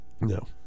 No